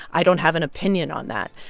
i don't have an opinion on that.